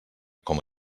com